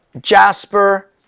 Jasper